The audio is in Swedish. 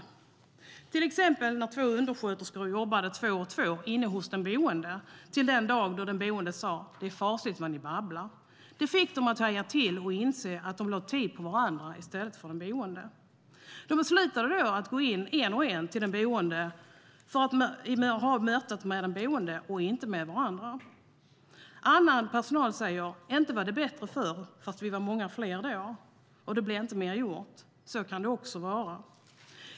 Ett exempel är de två undersköterskor som jobbade två och två inne hos den boende - till den dagen då den boende sade: Det är fasligt vad ni babblar. Det fick dem att haja till och inse att de lade tid på varandra i stället för på den boende. De beslutade då att gå in en och en till den boende för att ha mötet med den boende och inte med varandra. Annan personal säger: Inte var det bättre förr, fastän vi var många fler då, och det blev inte mer gjort. Så kan det också vara.